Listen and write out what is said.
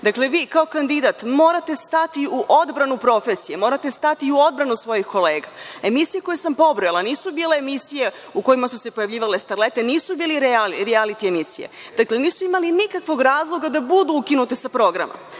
Dakle, vi kao kandidat morate stati u odbrani profesije, morate stati u odbranu svojih kolega. Emisije koje sam pobrojala nisu bile emisije u kojima su se pojavljivale starlete, nisu bile rijaliti emisije. Dakle, nisu imale nikakvog razloga da budu ukinute sa programa. Već